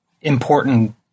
important